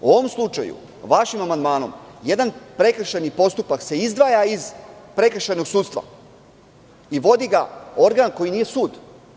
U ovom slučaju, vašim amandmanom jedan prekršajni postupak se izdvaja iz prekršajnog sudstva i vodi ga organ koji nije sud.